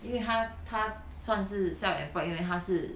因为他他算是 self employed 因为他是